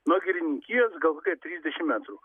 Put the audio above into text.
nuo girininkijos gal kokie trisdešim metrų